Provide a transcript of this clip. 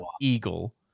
eagle